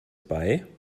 bei